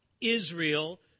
Israel